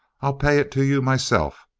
i'll pay it to you myself.